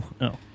no